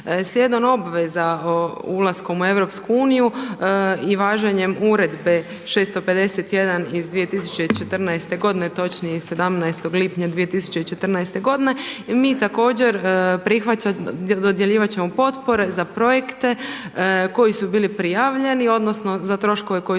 Slijedom obveza ulaskom u EU i važenjem uredbe 651/2014. godine točnije iz 17. lipnja 2014. godine mi ćemo također dodjeljivati potpore za projekte koji su bili prijavljeni odnosno za troškove koji su